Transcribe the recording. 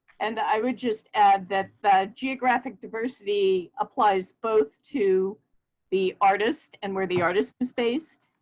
and i would just add that that geographic diversity applies both to the artist and where the artist is based,